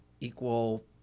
equal